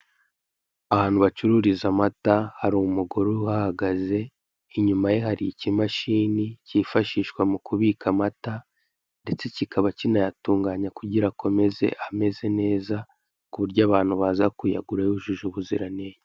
Ahantu bacururiza amata hari umugore uhahagaze inyuma ye hari ikimashini, kifashishwa mu kubika amata, ndetse kikaba kinayatunganya kugira akomeze ameze neza, kuburyo abantu baza kuyagura yujuje ubuziranenge.